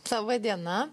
laba diena